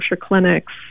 clinics